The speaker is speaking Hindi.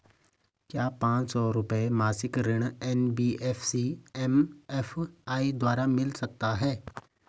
क्या पांच सौ रुपए मासिक ऋण एन.बी.एफ.सी एम.एफ.आई द्वारा मिल सकता है?